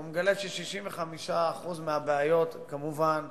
הוא מגלה ש-65% מהבעיות זה כמובן